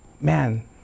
man